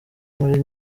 muri